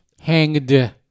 Hanged